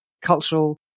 cultural